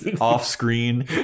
off-screen